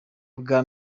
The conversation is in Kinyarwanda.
bwa